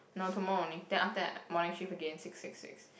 no tomorrow only then after that morning shift again six six six